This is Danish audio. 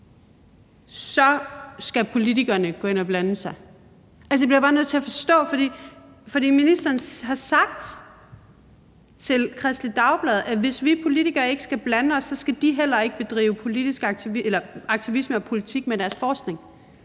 skal politikerne gå ind at blande sig? Altså, det bliver jeg bare nødt til at forstå. For ministeren har sagt til Kristeligt Dagblad, at hvis vi politikere ikke skal blande os, skal de heller ikke bedrive aktivisme og politik med deres forskning,